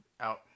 out